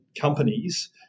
companies